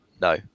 No